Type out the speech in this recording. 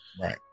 Right